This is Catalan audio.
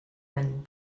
any